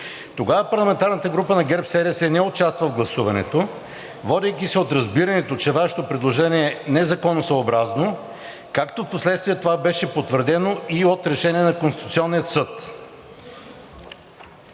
Тогава парламентарната група на ГЕРБ-СДС не участва в гласуването, водейки се от разбирането, че Вашето предложение е незаконосъобразно, както впоследствие това беше потвърдено и от решение на Конституционния съд.